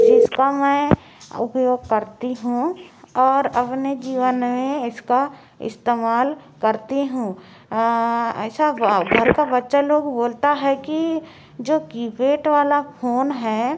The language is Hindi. जिसे मैं उपयोग करती हूँ और अपने जीवन में इसका इस्तेमाल करती हूँ ऐसा घर का बच्चा लोग बोलता हैं कि जो कीपैड वाला फोन है